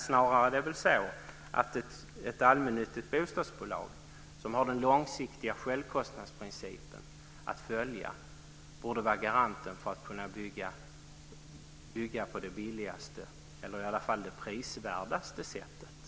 Snarare är det väl så att ett allmännyttigt bostadsbolag, som har den långsiktiga självkostnadsprincipen att följa, borde vara garanten för att kunna bygga på det billigaste, eller i alla fall det prisvärdaste, sättet.